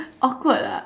awkward ah